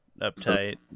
Uptight